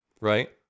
right